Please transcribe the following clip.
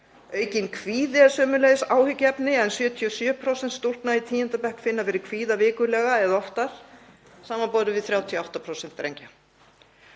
Aukinn kvíði er sömuleiðis áhyggjuefni en 77% stúlkna í 10. bekk finna fyrir kvíða vikulega eða oftar samanborið við 38% drengja.